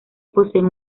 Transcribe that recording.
poseen